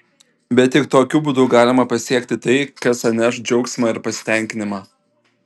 bet tik tokiu būdu galima pasiekti tai kas atneš džiaugsmą ir pasitenkinimą